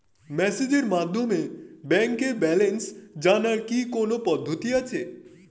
মেসেজের মাধ্যমে ব্যাংকের ব্যালেন্স জানার কি কোন পদ্ধতি আছে?